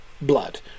blood